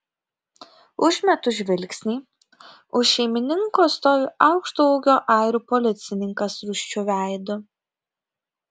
užmetu žvilgsnį už šeimininko stovi aukšto ūgio airių policininkas rūsčiu veidu